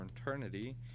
eternity